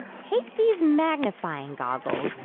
take these magnifying goggles.